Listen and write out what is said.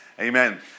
amen